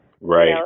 Right